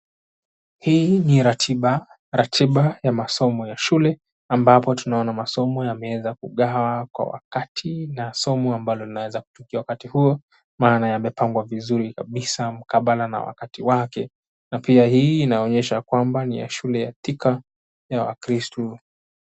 Hii ni ratiba. Ratiba ya masomo ya shule ambapo tunaona masomo yameweza kugawa kwa wakati na somo ambalo linaweza kutokea wakati huo maana yamepangwa vizuri kabisa mkabala na wakati wake na pia hii inaonyesha kwamba ni ya shule ya Thika ya Wakristo.